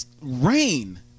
rain